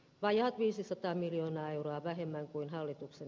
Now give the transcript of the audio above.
vajaat viisisataa miljoonaa euroa vähemmän kuin hallituksen